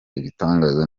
ibitangaza